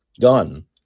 gone